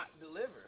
deliver